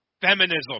feminism